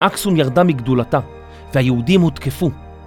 אקסון ירדה מגדולתה והיהודים הותקפו.